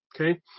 Okay